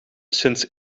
sinds